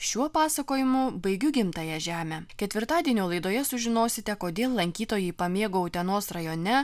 šiuo pasakojimu baigiu gimtąją žemę ketvirtadienio laidoje sužinosite kodėl lankytojai pamėgo utenos rajone